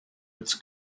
its